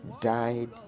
died